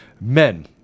men